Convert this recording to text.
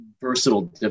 versatile